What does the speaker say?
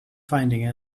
finding